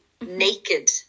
naked